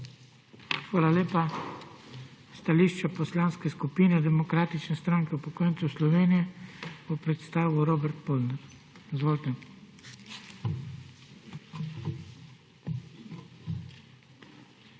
Hvala lepa. Stališče Poslanske skupine Demokratične stranke upokojencev Slovenije bo predstavil Robert Polnar. Izvolite.